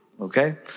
Okay